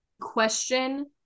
question